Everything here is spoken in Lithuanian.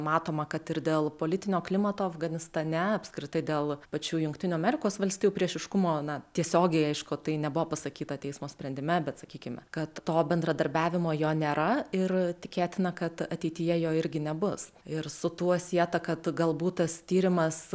matoma kad ir dėl politinio klimato afganistane apskritai dėl pačių jungtinių amerikos valstijų priešiškumo na tiesiogiai aišku tai nebuvo pasakyta teismo sprendime bet sakykime kad to bendradarbiavimo jo nėra ir tikėtina kad ateityje jo irgi nebus ir su tuo sietą kad galbūt tas tyrimas